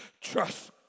Trust